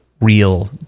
real